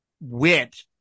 wit